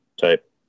type